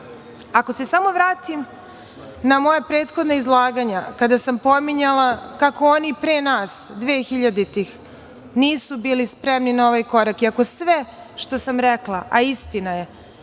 se samo vratim na moja prethodna izlaganja kada sam pominjala kako oni pre nas, dve hiljaditih, nisu bili spremni na ovaj korak i ako sve što sam rekla, a istina je,